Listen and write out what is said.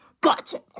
gotcha